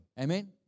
Amen